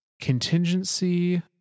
contingency